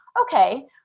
okay